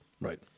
Right